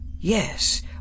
Yes